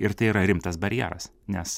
ir tai yra rimtas barjeras nes